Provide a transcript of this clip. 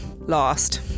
lost